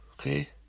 okay